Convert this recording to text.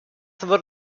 wird